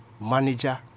manager